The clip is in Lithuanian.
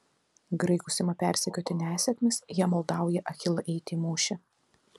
graikus ima persekioti nesėkmės jie maldauja achilą eiti į mūšį